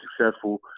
successful